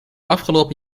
afgelopen